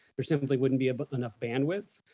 there simply wouldn't be but enough bandwidth.